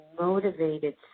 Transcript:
motivated